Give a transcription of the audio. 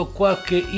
qualche